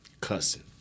cussing